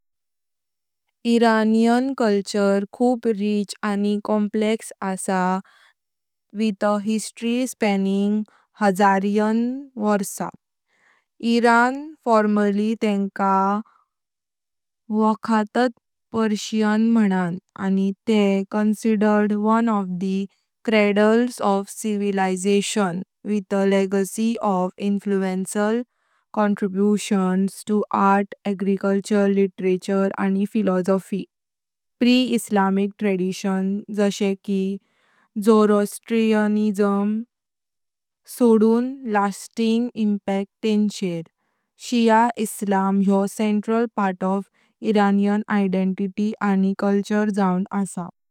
ईरानी संस्कृति खूप रिच आणि कॉम्प्लेक्स, आसा विथ अ हिस्टरी स्पॅनिंग हजारानी वर्षा। ईरान, फॉर्मरली तेंका वोक्कहटात पर्शिया मानान, आणि ते considered one of the cradles of civilisation, with a legacy of influential contributions to art, architecture, literature, आणि फिलॉसफी। प्री-इस्लामिक ट्रेडिशन्स, जसें कि Zoroastrianism, have left a lasting impact तेंचर। शिया इस्लाम, योह सेंट्रल पार्ट ऑफ ईरानी identity आणि संस्कृति जाऊं आसा ।